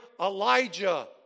Elijah